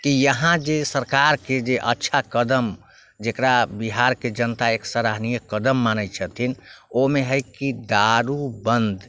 की यहाँ जे सरकारके जे अच्छा कदम जकरा बिहारके जनता एक सराहनीय कदम मानै छथिन ओहिमे हय की दारू बन्द